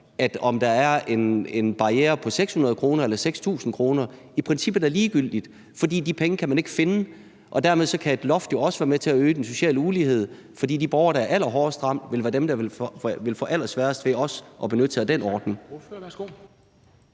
at om der er en barriere på 600 kr. eller 6.000 kr., er i princippet ligegyldigt, for de penge kan man ikke finde, og dermed kan et loft jo også være med til at øge den sociale ulighed, fordi de borgere, der er allerhårdest ramt, vil være dem, der vil få allersværest ved også at benytte sig af den ordning.